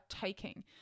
taking